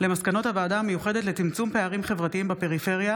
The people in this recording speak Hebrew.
מסקנות הוועדה המיוחדת לצמצום פערים חברתיים בפריפריה